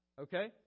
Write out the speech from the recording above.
okay